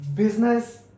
Business